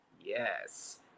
yes